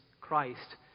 Christ